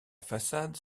façade